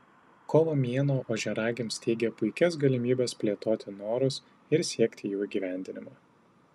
kovo mėnuo ožiaragiams teigia puikias galimybes plėtoti norus ir siekti jų įgyvendinimo